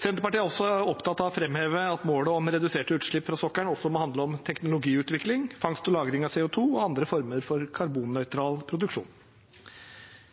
Senterpartiet er også opptatt av å framheve at målet om reduserte utslipp fra sokkelen også må handle om teknologiutvikling, fangst og lagring av CO 2 , og andre former for karbonnøytral produksjon.